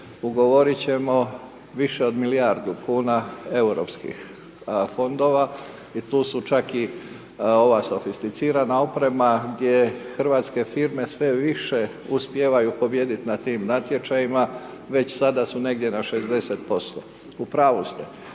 ugovoriti ćemo više od milijardu kuna europskih fondova i tu su čak i ova softicirana oprema, je hrvatske firme sve više uspijevaju pobijediti na tim natječajima, već sada su negdje na 60%. U pravu ste,